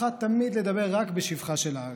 בחרה תמיד לדבר רק בשבחה של הארץ.